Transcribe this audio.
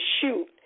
shoot